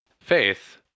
Faith